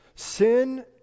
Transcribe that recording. Sin